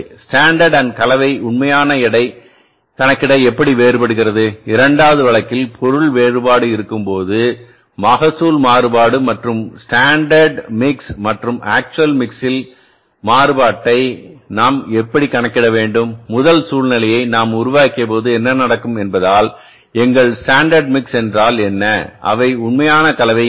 standard and கலவை உண்மையான எடைகணக்கிட எப்படி வேறுபடுகின்றன இரண்டாவது வழக்கில் பொருள்வேறுபாடு இருக்கும்போது மகசூல் மாறுபாடு மற்றும் ஸ்டாண்டர்ட் மிக்ஸ் மற்றும் ஆக்சுவல் மிக்ஸில் மாறுபாட்டைக்நாம் எப்படிகணக்கிட வேண்டும் முதல் சூழ்நிலையை நாம் உருவாக்கியபோதுஎன்ன நடக்கும் என்பதால் எங்கள் ஸ்டாண்டர்ட் மிக்ஸ் என்றால் என்ன அவை உண்மையான கலவை என்ன